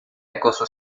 acoso